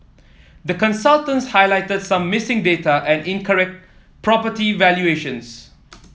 the consultants highlighted some missing data and incorrect property valuations